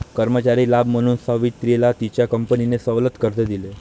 कर्मचारी लाभ म्हणून सावित्रीला तिच्या कंपनीने सवलत कर्ज दिले